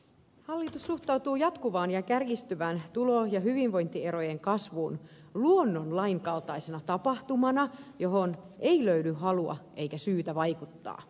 hallitus suhtautuu jatkuvaan ja kärjistyvään tulo ja hyvinvointierojen kasvuun luonnonlain kaltaisena tapahtumana johon ei löydy halua eikä syytä vaikuttaa